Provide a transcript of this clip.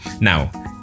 now